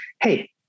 hey